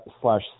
slash